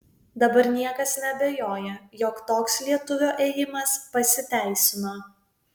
dabar niekas neabejoja jog toks lietuvio ėjimas pasiteisino